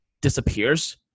disappears